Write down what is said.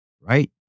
right